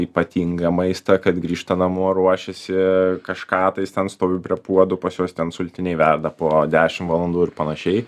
ypatingą maistą kad grįžta namo ruošiasi kažką tais ten stovi prie puodų pas juos ten sultiniai verda po dešim valandų ir panašiai